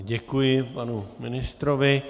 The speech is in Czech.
Děkuji panu ministrovi.